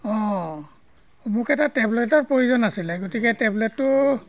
অঁ মোক এটা টেবলেটৰ প্ৰয়োজন আছিলে গতিকে টেবলেটটো